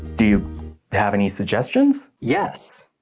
do you have any suggestions, yes,